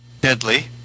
deadly